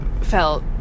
Felt